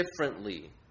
differently